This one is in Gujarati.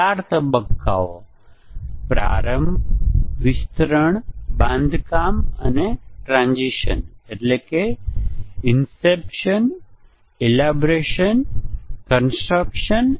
M1 કોલ M2 M3 અને M4 અને M2 કોલ્સ M5 M6 અને M5 કોલ્સ M8 અને M4 કોલ્સ M7 અને M9